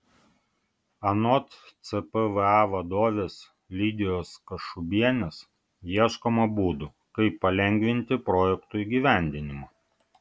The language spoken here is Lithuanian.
anot cpva vadovės lidijos kašubienės ieškoma būdų kaip palengvinti projektų įgyvendinimą